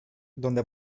donde